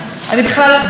לא מפולטרת.